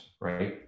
right